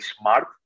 smart